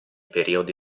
periodi